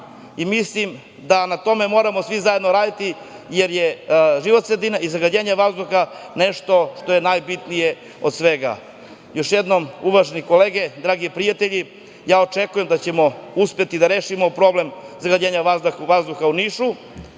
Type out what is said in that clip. Mislim da na tome moramo svi zajedno raditi, jer je životna sredina i zagađenje vazduha nešto što je najbitnije od svega. Još jednom, uvažene kolege, dragi prijatelji, očekujem da ćemo uspeti da rešimo problem zagađenja vazduha u Nišu,